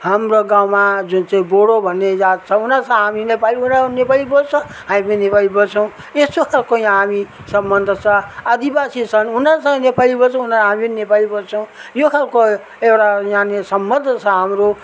हाम्रो गाउँमा जुन चाहिँ बोडो भन्ने जात छ उनीहरूसँग हामी नेपाली कुरा नेपाली बोल्छ हामी पनि नेपाली बोल्छौँ यस्तो खालको यहाँ हामी सम्बन्ध छ आदिवासी छन् उनीहरूसँग नेपाली बोल्छौँ उनाहरू हामी नि नेपाली बोल्छौँ यो खालको एउटा यहाँनिर सम्बन्ध छ हाम्रो